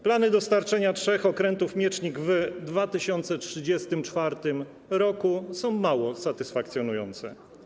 Plany dostarczenia 3 okrętów Miecznik w 2034 r. są mało satysfakcjonujące.